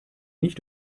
nicht